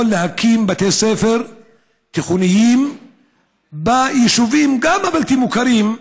יכול להקים בתי ספר תיכוניים גם ביישובים הבלתי-מוכרים,